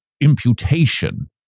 imputation